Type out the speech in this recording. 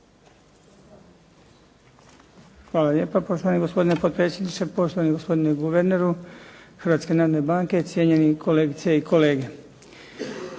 Hvala lijepa poštovani gospodine potpredsjedniče, poštovani gospodine guverneru Hrvatske narodne banke, cijenjeni kolegice i kolege.